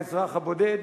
של האזרח הבודד,